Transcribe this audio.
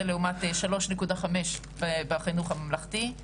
זה לעומת 3.5 אחוזים בחינוך הממלכתי.